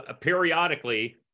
periodically